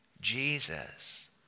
Jesus